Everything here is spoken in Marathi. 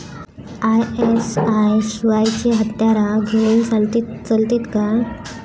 आय.एस.आय शिवायची हत्यारा घेऊन चलतीत काय?